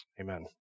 Amen